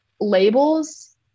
labels